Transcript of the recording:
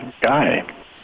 guy